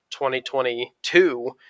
2022